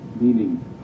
meaning